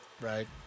Right